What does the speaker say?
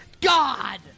God